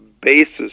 basis